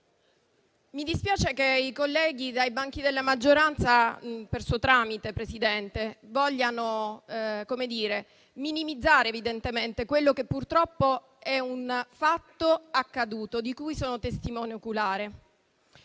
Mi dispiace che i colleghi dai banchi della maggioranza, per suo tramite, Presidente, vogliano minimizzare evidentemente quello che purtroppo è un fatto accaduto, di cui sono testimone oculare;